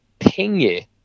pingy